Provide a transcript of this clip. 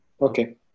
Okay